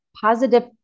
Positive